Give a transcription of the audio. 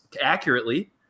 accurately